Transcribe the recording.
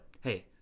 hey